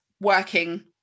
working